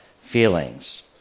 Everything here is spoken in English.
feelings